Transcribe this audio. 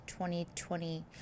2020